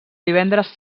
divendres